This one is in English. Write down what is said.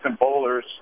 bowlers